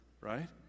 right